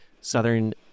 southern